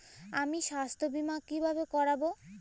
আমি স্বাস্থ্য বিমা কিভাবে করাব?